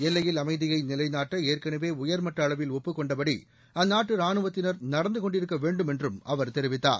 எல்லையில் அமைதியை நிலைநாட்ட ஏற்களவே உயர்மட்ட அளவில் ஒப்புக்கொண்டபடி அந்நாட்டு ராணுவத்தினர் நடந்து கொண்டிருக்க வேண்டும் என்றும் அவர் தெரிவித்தார்